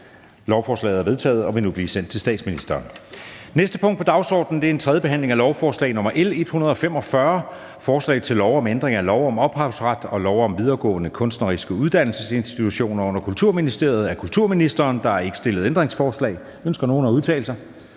Lovforslaget er vedtaget og vil nu blive sendt til statsministeren. --- Det næste punkt på dagsordenen er: 36) 3. behandling af lovforslag nr. L 145: Forslag til lov om ændring af lov om ophavsret og lov om videregående kunstneriske uddannelsesinstitutioner under Kulturministeriet. (Modernisering af regler om aftaleindgåelse m.v. og fastsættelse